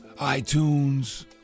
iTunes